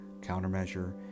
countermeasure